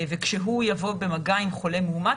וכשהוא יבוא במגן עם חולה מאומת,